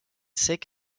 sec